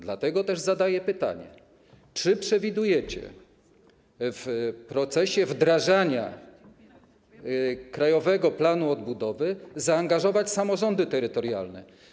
Dlatego też zadaję pytanie: Czy przewidujecie w proces wdrażania krajowego planu odbudowy zaangażować samorządy terytorialne?